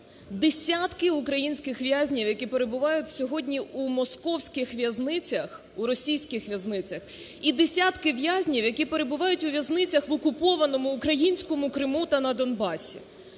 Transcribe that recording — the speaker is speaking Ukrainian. Десятки українських в'язнів, які перебувають сьогодні у московських в'язницях, у російських в'язницях і десятки в'язнів, які перебувають у в'язницях в окупованому українському Криму та на Донбасі.